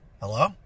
Hello